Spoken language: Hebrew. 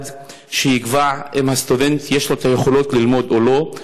שיקבע אם לסטודנט יש היכולות ללמוד או לא.